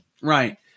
right